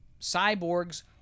cyborgs